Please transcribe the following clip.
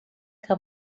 que